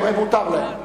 מותר להם.